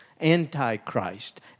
Antichrist